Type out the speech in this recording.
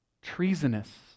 treasonous